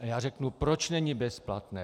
A řeknu, proč není bezplatné.